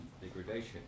degradation